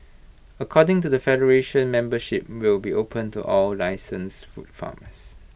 according to the federation membership will be opened to all licensed food farmers